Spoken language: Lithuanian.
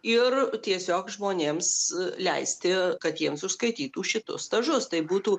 ir tiesiog žmonėms leisti kad jiems užskaitytų šitus stažus tai būtų